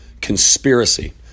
conspiracy